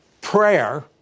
Prayer